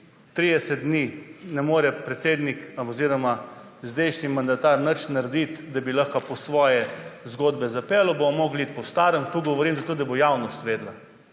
30 dni ne more predsednik oziroma zdajšnji mandatar nič narediti, da bi lahko po svoje zgodbe zapeljal, bomo morali iti po starem. To govorim zato, da bo javnost vedela.